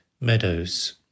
Meadows